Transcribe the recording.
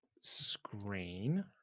screen